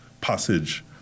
passage